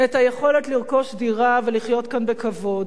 יכולת לרכוש דירה ולחיות כאן בכבוד.